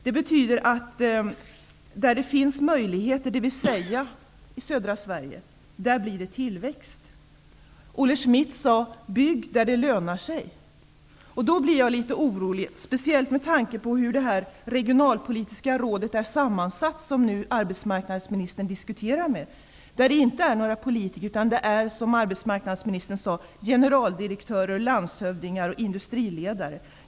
Det betyder att det blir tillväxt där det finns möjligheter -- dvs. Olle Schmidt sade: Bygg där det lönar sig. Då blir jag litet orolig, speciellt med tanke på sammansättningen av det regionalpolitiska rådet, som arbetsmarknadsministern nu diskuterar med. Regionalpolitiska rådet består inte av några politiker utan -- som arbetsmarknadsministern sade -- av generaldirektörer, landshövdingar och industriledare.